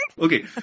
Okay